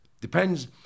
depends